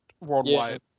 worldwide